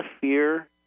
fear